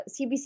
CBC